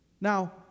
Now